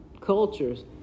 cultures